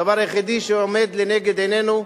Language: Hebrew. הדבר היחיד שעומד לנגד עינינו,